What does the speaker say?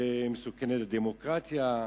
ומסוכנת לדמוקרטיה,